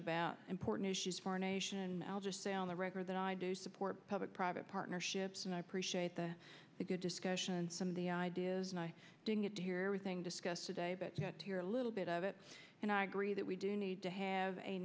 about important issues for a nation i'll just say on the record that i do support public private partnerships and i appreciate the good discussion and some of the ideas and i didn't get to hear everything discussed today but little bit of it and i agree that we do need to have a